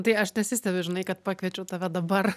tai aš nesistebiu žinai kad pakviečiau tave dabar